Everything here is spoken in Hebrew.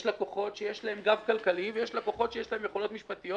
יש לקוחות שיש להם גב כלכלי ויש לקוחות שיש להם יכולות משפטיות,